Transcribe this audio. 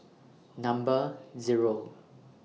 Number Zero